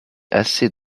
assez